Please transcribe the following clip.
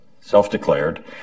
self-declared